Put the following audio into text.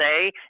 say